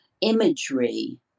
imagery